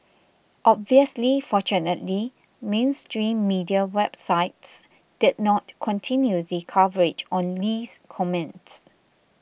obviously fortunately mainstream media websites did not continue the coverage on Lee's comments